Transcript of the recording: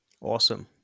Awesome